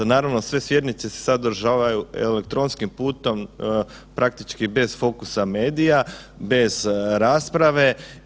Naravno sve sjednice se sada održavaju elektronskim putem, praktički bez fokusa medija, bez rasprave?